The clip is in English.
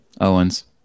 Owens